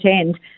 end